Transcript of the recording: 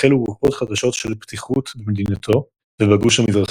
החלו רוחות חדשות של פתיחות במדינתו ובגוש המזרחי.